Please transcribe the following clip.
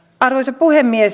arvoisa puhemies